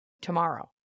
tomorrow